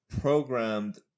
programmed